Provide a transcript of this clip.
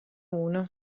uno